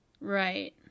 Right